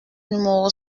numéro